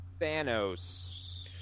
Thanos